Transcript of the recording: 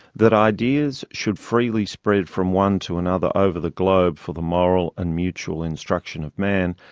that ideas should freely spread from one to another over the globe, for the moral and mutual instruction of man,